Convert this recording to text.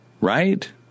right